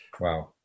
Wow